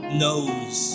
knows